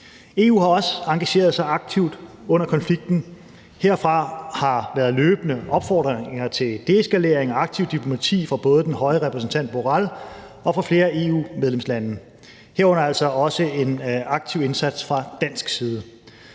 EU har også engageret sig aktivt under konflikten. Herfra har der været løbende opfordringer til deeskalering og aktivt diplomati fra både den høje repræsentant Borrell og fra flere EU-medlemslande, herunder altså også en aktiv indsats fra dansk side.